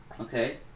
Okay